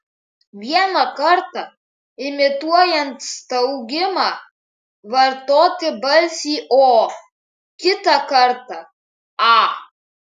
vieną kartą imituojant staugimą vartoti balsį o kitą kartą a